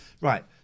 Right